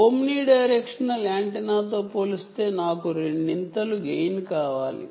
omni directional యాంటెన్నాతో పోలిస్తే నాకు రెండింతలు కావాలి